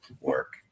work